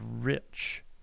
rich